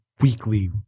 weekly